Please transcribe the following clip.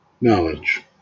knowledge